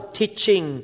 teaching